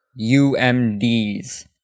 UMDs